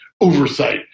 oversight